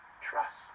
Trust